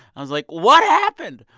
i was like, what happened?